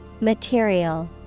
Material